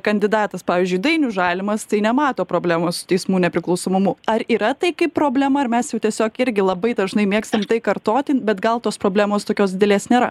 kandidatas pavyzdžiui dainius žalimas tai nemato problemos su teismų nepriklausomumu ar yra tai kaip problema ar mes jau tiesiog irgi labai dažnai mėgstam kartoti bet gal tos problemos tokios didelės nėra